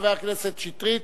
חבר הכנסת שטרית,